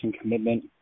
commitment